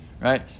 Right